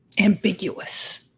ambiguous